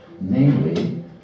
namely